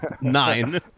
Nine